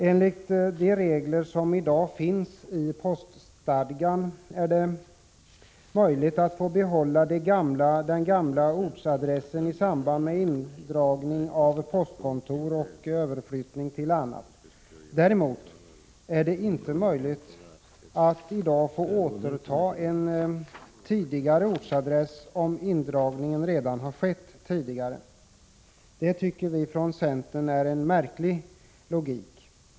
Enligt de regler som i dag finns i poststadgan är det möjligt att få behålla den gamla ortsadressen i samband med indragning av postkontor och överflyttning till annat. Däremot är det inte möjligt att i dag få återta en tidigare ortsadress om indragningen redan har skett. Detta tycker vi från centern är en märklig logik.